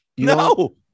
No